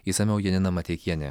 išsamiau janina mateikienė